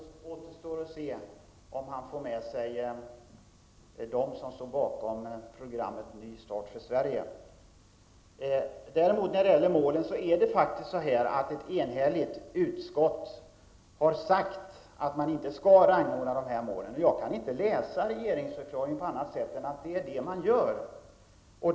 Herr talman! I EG-frågan hyser jag vissa förhoppningar om biståndsministerns insatser. Det återstår att se om han får med sig dem som står bakom programmet Ny start för Sverige. När det däremot gäller målen har faktiskt ett enhälligt utskott sagt att dessa inte skall rangordnas. Jag kan inte läsa regeringsförklaringen på annat sätt än att det är det som man gör.